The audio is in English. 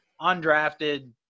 undrafted